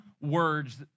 words